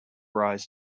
rise